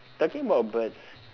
talking about birds